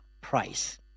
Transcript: price